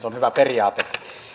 on hyvä periaate ihan